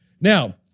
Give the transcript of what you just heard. Now